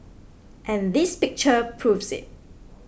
and this picture proves it